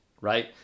right